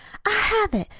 i have it!